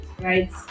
Right